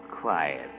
quiet